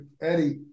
Eddie